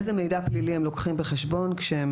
איזה מידע פלילי הם לוקחים בחשבון כשהם